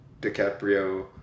DiCaprio